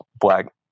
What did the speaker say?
black